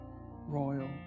royal